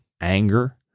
anger